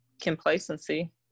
complacency